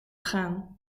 gaan